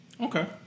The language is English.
Okay